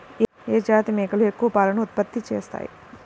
ఏ జాతి మేకలు ఎక్కువ పాలను ఉత్పత్తి చేస్తాయి?